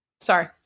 sorry